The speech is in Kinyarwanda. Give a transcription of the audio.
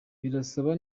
birasa